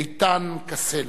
איתן כסלע.